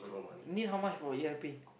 need how much for E_R_P